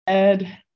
Ed